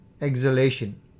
exhalation